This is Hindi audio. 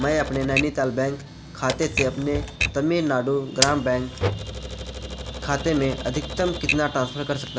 मैं अपने नैनीताल बैंक खाते से अपने तमिलनाडु ग्राम बैंक खाते में अधिकतम कितना ट्रांसफ़र कर सकता हूँ